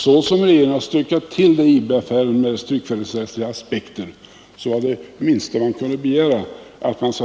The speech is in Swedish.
Så som regeringen har stökat till det i IB-affären med dess tryckfrihetsrättsliga aspekter var detta det minsta man kunde begära.